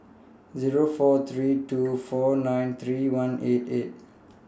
Zero four three two four nine three one eight eight